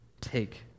Take